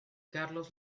carlos